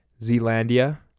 zealandia